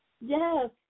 Yes